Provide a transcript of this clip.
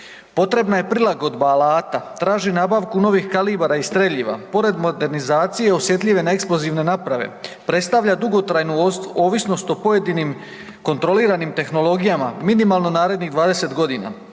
Potrebna je prilagodna alata, traži nabavku novih kalibara i streljiva. Pored modernizacije, osjetljiv je na eksplozivne naprave. Predstavlja dugotrajnu ovisnost o pojedinim kontroliranim tehnologijama, minimalno narednih 20 godina.